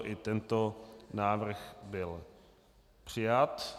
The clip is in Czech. I tento návrh byl přijat.